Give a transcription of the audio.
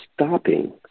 stopping